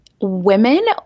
women